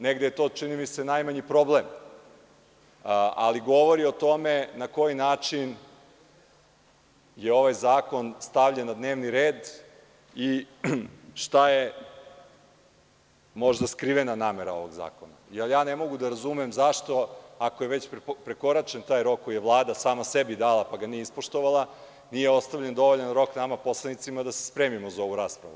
Negde je to, čini mi se, najmanji problem, ali govori o tome na koji način je ovaj zakon stavljen na dnevni red i šta je možda skrivena namera ovog zakona, jer ne mogu da razumem zašto, ako je već prekoračen taj rok koji je Vlada sama sebi dala, pa ga nije ispoštovala, nije ostavljen dovoljan rok nama poslanicima da se spremimo za ovu raspravu.